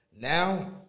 now